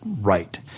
right